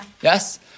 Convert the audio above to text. Yes